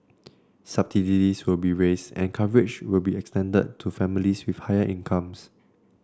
subsidies will be raised and coverage will be extended to families with higher incomes